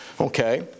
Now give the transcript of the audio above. Okay